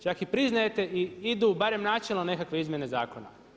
Čak i priznajete i idu barem načelno nekakve izmjene zakona.